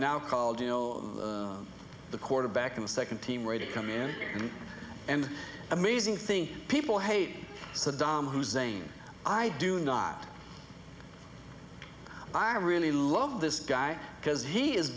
now called you know the quarterback of the second team or a to come in and amazing thing people hate saddam hussein i do not i really love this guy because he is